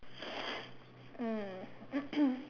mm